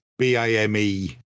BAME